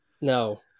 No